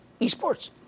eSports